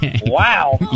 wow